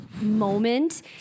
moment